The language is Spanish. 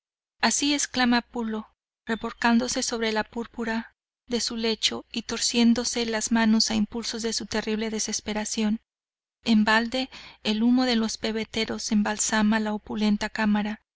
así exclama pulo revolcándose sobre la púrpura de su lecho y torciéndose las manos a impulsos de su terrible desesperación en balde el humo de los pebeteros embalsama la opulenta cámara